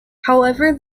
however